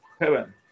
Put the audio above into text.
heaven